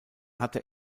hatte